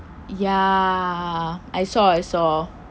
ya I saw I saw